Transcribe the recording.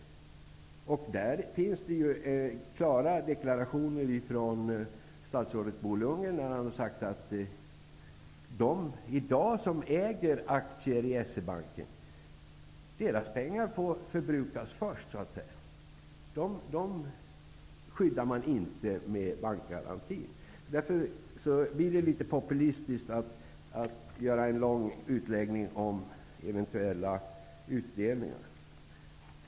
Statsrådet Bo Lundgren har gjort klara deklarationer om att aktieägarnas pengar skall förbrukas först när det gäller S-E-Banken. Dessa pengar skyddas inte av bankgarantin. Därför är det litet populistiskt att göra en lång utläggning om eventuella utdelningar.